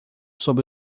sob